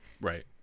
Right